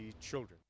children